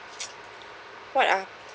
what ah